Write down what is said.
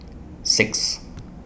six